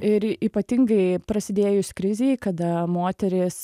ir ypatingai prasidėjus krizei kada moterys